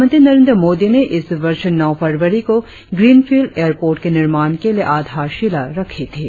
प्रधानमंत्री नरेंद्र मोदी ने इस बर्ष नौ फरवरी को ग्रीनफिल्ड एयरपोर्ट के निर्माण के लिए आधारशिला रखी थी